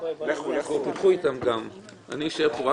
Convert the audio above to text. צריכים אותנו בממשלה